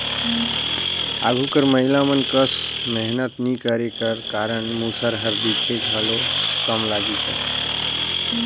आघु कर महिला मन कस मेहनत नी करे कर कारन मूसर हर दिखे घलो कम लगिस अहे